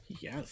Yes